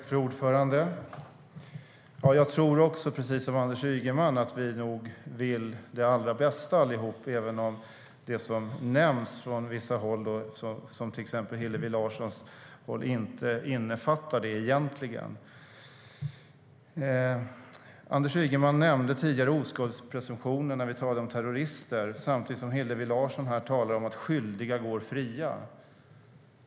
Fru talman! Jag tror, som Anders Ygeman, att vi nog alla vill det allra bästa, även om det som nämns av vissa, till exempel Hillevi Larsson, inte innefattar det egentligen. Anders Ygeman nämnde tidigare oskuldspresumtionen när vi talade om terrorister, samtidigt som Hillevi Larsson här talar om att skyldiga går fria.